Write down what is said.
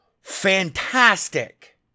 Fantastic